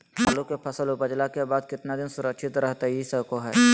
आलू के फसल उपजला के बाद कितना दिन सुरक्षित रहतई सको हय?